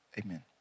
Amen